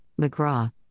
McGraw